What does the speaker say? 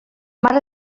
mare